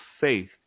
Faith